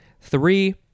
Three